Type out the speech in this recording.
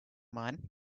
mine